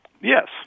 Yes